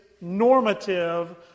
normative